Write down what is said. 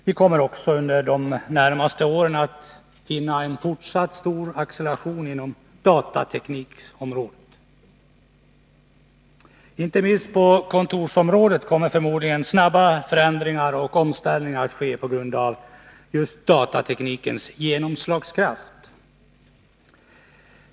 Vi kommer också under de närmaste åren att finna en fortsatt stor acceleration inom datateknikområdet. Inte minst på kontorsområdet kommer förmodligen snabba förändringar och omställningar att ske på grund av just datateknikens genomslagskraft.